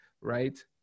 right